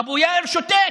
אבו יאיר שותק,